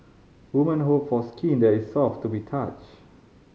women hope for skin that is soft to be touch